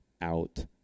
out